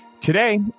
Today